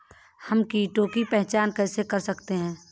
हम कीटों की पहचान कैसे कर सकते हैं?